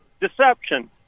deception